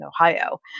Ohio